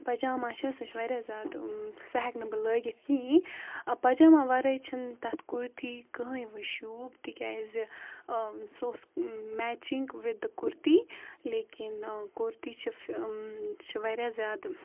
پَجاما چھِ سُہ چھِ واریاہ زیادٕ سُہ ہیٚکہٕ نہٕ بہٕ لٲگِتھ کِہیٖنۍ پَجاما وَرٲے چھِنہٕ تَتھ کُرتی کٕہٕنۍ وٕ شوٗب تِکیٛازِ سُہ اوس میچِنٛگ وِد دَ کُرتی لیکِن کُرتی چھِ چھِ واریاہ زیادٕ